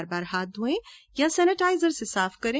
बार बार हाथ धोएं या सेनेटाइजर से साफ करें